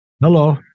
Hello